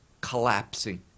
collapsing